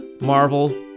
Marvel